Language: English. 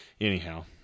anyhow